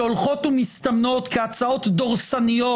שהולכות ומסתמנות כהצעות דורסניות,